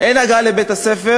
אין הגעה לבית-הספר,